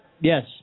Yes